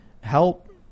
Help